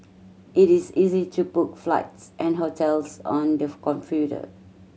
it is easy to book flights and hotels on the computer